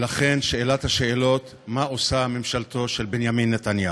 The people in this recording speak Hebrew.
ולכן שאלת השאלות: מה עושה ממשלתו של בנימין נתניהו.